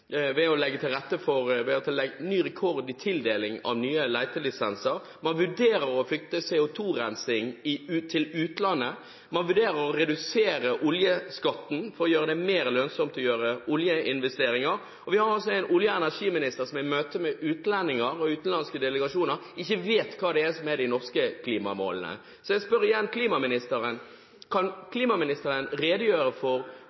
ved å legge til rette for ny rekord i tildeling av nye letelisenser. Man vurderer å flytte CO2-rensing til utlandet, man vurderer å redusere oljeskatten for å gjøre det mer lønnsomt å gjøre oljeinvesteringer, og vi har en olje- og energiminister som i møte med utlendinger og utenlandske delegasjoner ikke vet hva som er de norske klimamålene. Jeg spør igjen: Kan klimaministeren redegjøre for